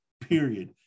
Period